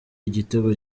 igitego